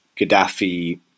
Gaddafi